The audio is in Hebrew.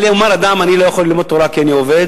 אל יאמר אדם: אני לא יכול ללמוד תורה כי אני עובד,